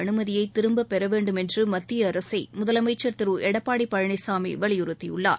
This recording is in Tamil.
அனுமதியை திரும்பப்பெற வேண்டும் என்று மத்திய அரசை முதலமைச்சர் திரு எடப்பாடி பழனிசாமி வலியுறுத்தியுள்ளார்